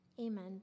Amen